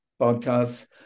podcasts